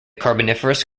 carboniferous